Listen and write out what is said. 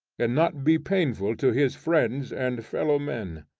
and not be painful to his friends and fellow-men.